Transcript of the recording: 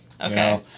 okay